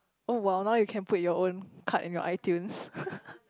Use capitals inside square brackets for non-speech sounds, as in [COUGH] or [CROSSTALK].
oh !wow! now you can put your own card in your iTunes [LAUGHS]